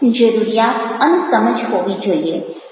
જરૂરિયાત અને સમજ હોવી જોઈએ